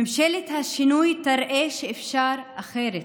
ממשלת השינוי תראה שאפשר אחרת.